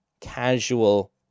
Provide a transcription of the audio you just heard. casual